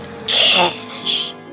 Cash